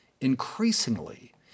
increasingly